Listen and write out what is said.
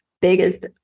biggest